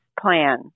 plan